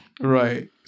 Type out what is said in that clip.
Right